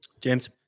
james